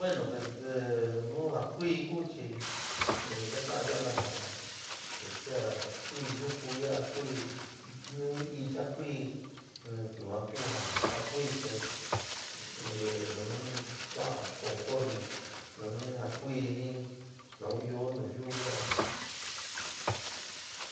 Bueno que nu ja kuí ku chi ka ka'an yaá naja'a que sea ja kuí yuku yaá kuí ni icha kuí te yuan ku ja jakuí te nunani kua'a conforme nunani ja kuí jin nou ɨó nu yuú ya'a.